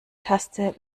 taste